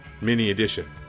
mini-edition